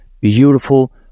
beautiful